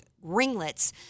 ringlets